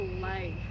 life